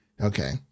Okay